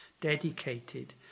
dedicated